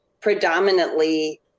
predominantly